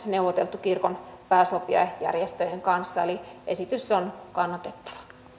neuvoteltu kirkon pääsopijajärjestöjen kanssa eli esitys on kannatettava